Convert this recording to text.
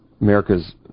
America's